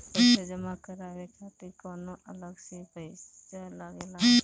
पईसा जमा करवाये खातिर कौनो अलग से पईसा लगेला?